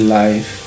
life